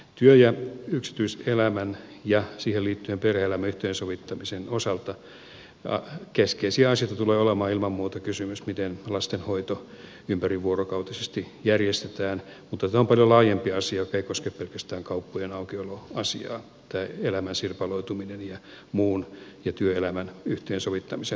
työ ja yksityiselämän ja siihen liittyen perhe elämän yhteensovittamisen osalta keskeisiä asioita tulee olemaan ilman muuta kysymys miten lastenhoito ympärivuorokautisesti järjestetään mutta tämä on paljon laajempi asia joka ei koske pelkästään kauppojen aukioloasiaa tämä elämän sirpaloituminen ja muun ja työelämän yhteensovittamisen problematiikka